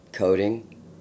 coding